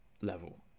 level